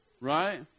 Right